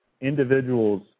individuals